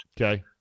Okay